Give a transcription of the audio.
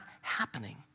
happening